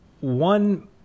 one